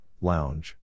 lounge